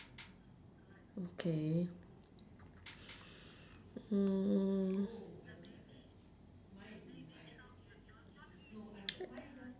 okay mm